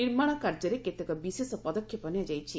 ନିର୍ମାଣ କାର୍ଯ୍ୟରେ କେତେକ ବିଶେଷ ପଦକ୍ଷେପ ନିଆଯାଇଛି